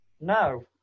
No